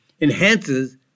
enhances